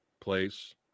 place